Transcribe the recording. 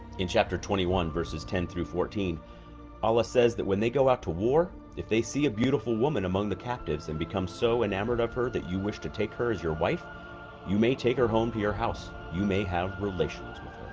in chapter twenty one verses ten through fourteen allah says that when they go out to war if they see a beautiful woman among the captives and become so enamored of her that you wish to take her as your wife you may take her home to your house you may have relations